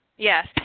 Yes